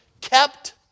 kept